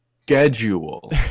schedule